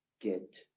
get